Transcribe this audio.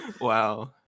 wow